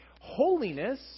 holiness